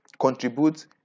contribute